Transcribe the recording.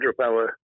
hydropower